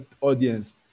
audience